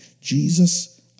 Jesus